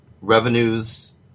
revenues